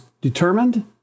determined